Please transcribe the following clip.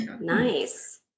Nice